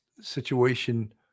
situation